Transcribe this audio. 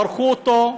דרכו אותו,